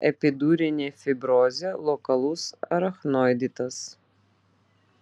epidurinė fibrozė lokalus arachnoiditas